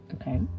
Okay